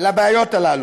הבעיות הללו.